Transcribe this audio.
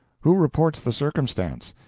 who reports the circumstance?